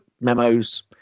memos